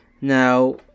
Now